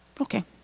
Okay